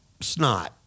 snot